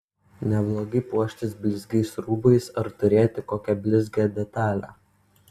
neblogai puoštis blizgiais rūbais ar turėti kokią blizgią detalę